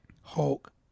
Hulk